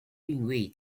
并未